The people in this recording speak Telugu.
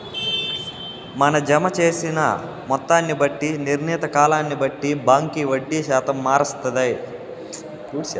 మన జమ జేసిన మొత్తాన్ని బట్టి, నిర్ణీత కాలాన్ని బట్టి బాంకీ వడ్డీ శాతం మారస్తాది